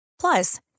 Plus